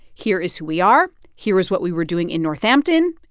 here is who we are. here is what we were doing in northampton.